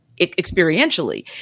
experientially